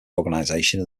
organization